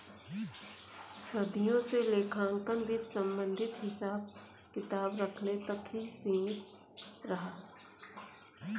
सदियों से लेखांकन वित्त संबंधित हिसाब किताब रखने तक ही सीमित रहा